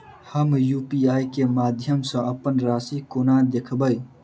हम यु.पी.आई केँ माध्यम सँ अप्पन राशि कोना देखबै?